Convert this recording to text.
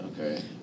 Okay